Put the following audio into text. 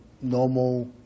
normal